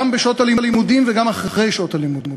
גם בשעות הלימודים וגם אחרי שעות הלימודים,